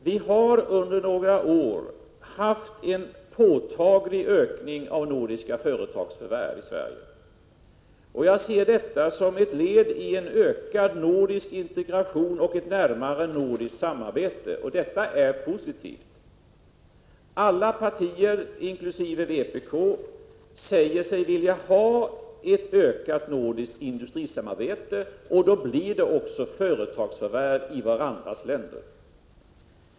Vi har under några år haft en påtaglig ökning av nordiska företagsförvärv i Sverige. Jag ser detta som ett led i en ökad nordisk integration och ett närmare nordiskt samarbete. Det är positivt. Alla partier, inkl. vpk, säger sig vilja ha ett ökat nordiskt industrisamarbete. Ett sådant samarbete leder också till företagsförvärv i de olika länder som det gäller.